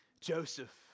Joseph